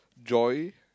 joy